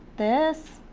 this,